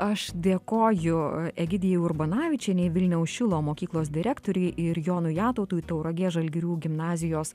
aš dėkoju egidijai urbonavičienei vilniaus šilo mokyklos direktorei ir jonui jatautui tauragės žalgirių gimnazijos